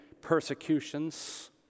persecutions